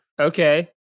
Okay